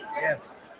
Yes